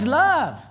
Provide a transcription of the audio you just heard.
love